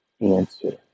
answer